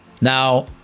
Now